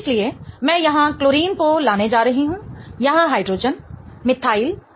इसलिए मैं यहाँ क्लोरीन को लाने जा रही हूँ यहाँ हाइड्रोजन मिथाइल और NH2